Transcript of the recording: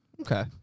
Okay